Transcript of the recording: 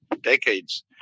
decades